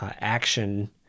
action